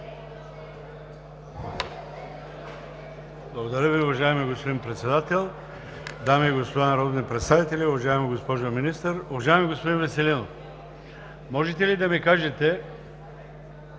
Благодаря Ви, уважаеми господин Председател. Дами и господа народни представители, уважаема госпожо Министър! Уважаеми господин Веселинов, можете ли да ми кажете